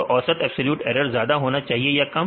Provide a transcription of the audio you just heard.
तो औसत absolute error ज्यादा होना चाहिए या कम